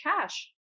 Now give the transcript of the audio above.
cash